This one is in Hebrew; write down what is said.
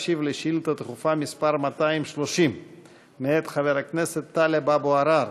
שאילתה דחופה מס' 230 מאת חבר הכנסת טלב אבו עראר.